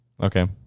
Okay